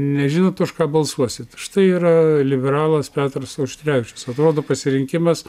nežinot už ką balsuosit štai yra liberalas petras auštrevičius atrodo pasirinkimas